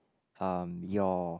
um your